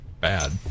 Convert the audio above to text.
bad